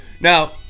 Now